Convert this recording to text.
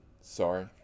Sorry